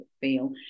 feel